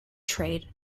trade